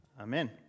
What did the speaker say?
Amen